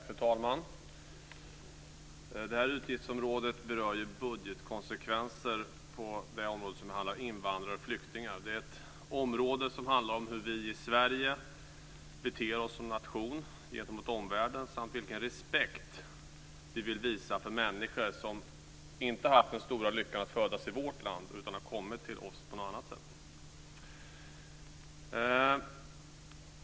Fru talman! Det här utgiftsområdet berör budgetkonsekvenser på det område som behandlar invandrare och flyktingar. Det är ett område som handlar om hur vi i Sverige beter oss som nation gentemot omvärlden samt vilken respekt vi vill visa människor som inte har haft den stora lyckan att födas i vårt land utan har kommit till oss på något annat sätt.